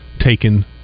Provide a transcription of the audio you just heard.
taken